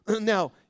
Now